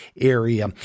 area